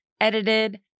edited